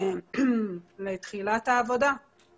ואם רוצים עכשיו להזיז את המעלית מטר ימינה,